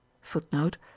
Footnote